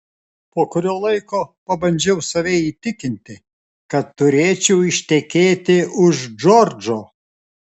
po kurio laiko pabandžiau save įtikinti kad turėčiau ištekėti už džordžo